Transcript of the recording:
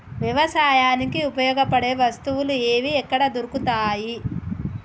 వ్యవసాయానికి ఉపయోగపడే వస్తువులు ఏవి ఎక్కడ దొరుకుతాయి?